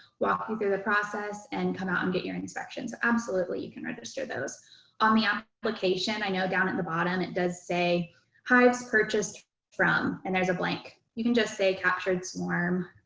walk you through the process, and come out and get your inspections. absolutely. you can register those on the ah application. i know down at the bottom it does say hives purchase from and there's a blank. you can just say captured swarm.